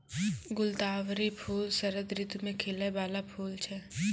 गुलदावरी फूल शरद ऋतु मे खिलै बाला फूल छै